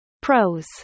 Pros